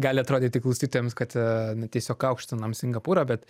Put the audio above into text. gali atrodyti klausytojams kad a na tiesiog aukštinam singapūrą bet